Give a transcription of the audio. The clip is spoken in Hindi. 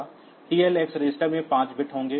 TLx रजिस्टर में 5 बिट्स होंगे